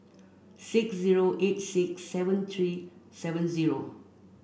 six zero eight six seven three seven zero